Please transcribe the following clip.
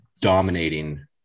dominating